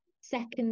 second